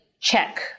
check